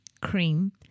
cream